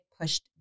pushed